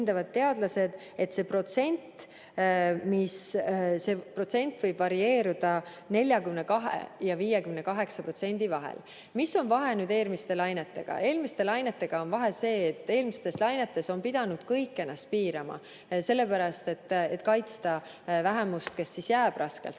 et see protsent võib varieeruda 42% ja 58% vahel. Mis on vahe eelmiste lainetega? Eelmiste lainetega on vahe see, et eelmistes lainetes on pidanud kõik ennast piirama, sellepärast et kaitsta vähemust, kes jääb raskelt